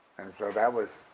and so that was,